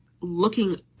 looking